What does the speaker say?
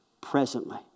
presently